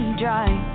drive